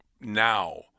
now